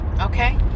Okay